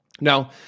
Now